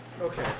okay